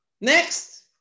Next